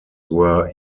were